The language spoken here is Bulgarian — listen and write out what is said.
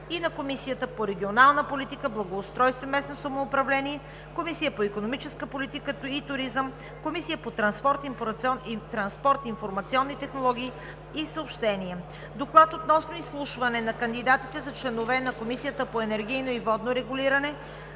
и на Комисията по регионална политика, благоустройство и местно самоуправление, Комисията по икономическа политика и туризъм, Комисията по транспорт, информационни технологии и съобщения. Доклад относно изслушване на кандидатите за членове на Комисията за енергийно и водно регулиране.